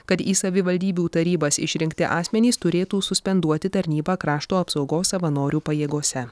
kad į savivaldybių tarybas išrinkti asmenys turėtų suspenduoti tarnybą krašto apsaugos savanorių pajėgose